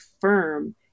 firm